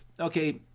okay